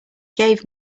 gave